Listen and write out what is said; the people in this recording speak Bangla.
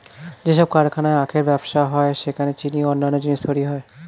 যেসব কারখানায় আখের ব্যবসা হয় সেখানে চিনি ও অন্যান্য জিনিস তৈরি হয়